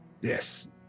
Yes